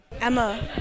Emma